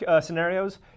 scenarios